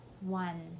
one